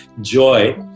joy